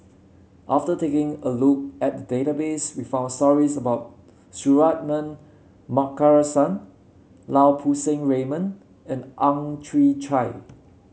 after taking a look at the database we found stories about Suratman Markasan Lau Poo Seng Raymond and Ang Chwee Chai